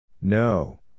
No